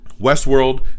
Westworld